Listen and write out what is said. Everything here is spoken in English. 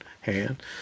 hand